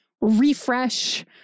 refresh